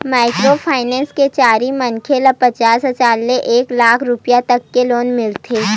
micro finance के जरिए मनखे ल पचास हजार ले एक लाख रूपिया तक के लोन मिलथे